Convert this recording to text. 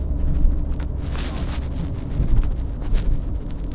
let me let me me